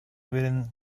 within